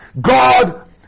God